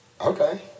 Okay